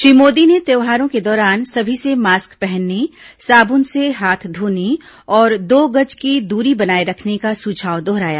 श्री मोदी ने त्यौहारों के दौरान सभी से मास्क पहनने साबुन से हाथ धोने और दो गज की दूरी बनाये रखने का सुझाव दोहराया